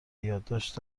یادداشت